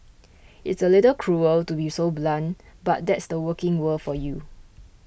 it's a little cruel to be so blunt but that's the working world for you